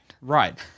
Right